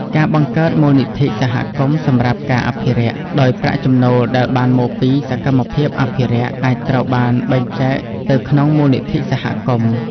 ការបង្កើតមូលនិធិសហគមន៍សម្រាប់ការអភិរក្ស ដោយប្រាក់ចំណូលដែលបានមកពីសកម្មភាពអភិរក្ស អាចត្រូវបានបែងចែកទៅក្នុងមូលនិធិសហគមន៍។